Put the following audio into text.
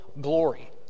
glory